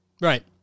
Right